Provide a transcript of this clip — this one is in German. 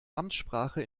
amtssprache